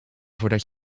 voordat